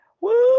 woo